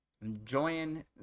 enjoying